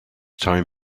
time